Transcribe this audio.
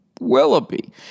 Willoughby